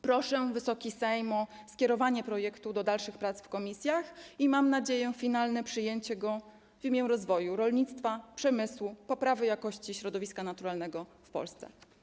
Proszę Wysoki Sejm o skierowanie projektu do dalszych prac w komisjach i mam nadzieję na finalne przyjęcie go w imię rozwoju rolnictwa, przemysłu, poprawy jakości środowiska naturalnego w Polsce.